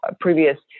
previous